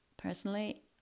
Personally